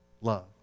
love